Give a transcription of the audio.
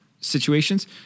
situations